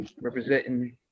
representing